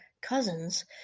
cousins